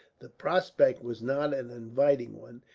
the prospect was not an inviting one,